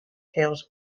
hills